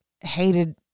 hated